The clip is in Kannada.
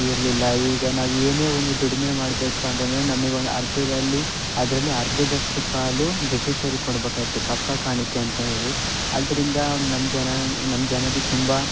ಇರಲಿಲ್ಲ ಈಗ ನಾವು ಏನೇ ಒಂದು ದುಡಿಮೆ ಮಾಡ್ಬೇಕು ಅಂದ್ರೂ ನಮಗೊಂದು ಅರ್ಧದಲ್ಲಿ ಅದರಲ್ಲಿ ಅರ್ಧದಷ್ಟು ಪಾಲು ಬ್ರಿಟಿಷರಿಗೆ ಕೊಡ್ಬೇಕಾಇತ್ತು ಕಪ್ಪ ಕಾಣಿಕೆ ಅಂತ ಹೇಳಿ ಅದ್ರಿಂದ ನಮ್ಮ ಜನ ನಮ್ಮ ಜನರಿಗೆ ತುಂಬ